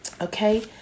Okay